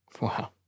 Wow